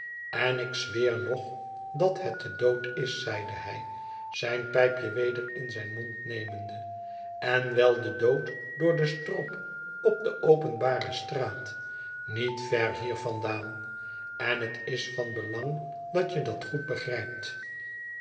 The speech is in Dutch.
en ik zweer nog dat het de dood is zeide bij zijn pijpje weder in zijn mond nemende en wel de dood door den strop op de openbare straat niet ver hier vandaan en het is groote veewachtingen van belang dat je dat goed begrijpt